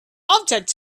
object